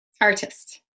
Artist